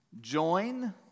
Join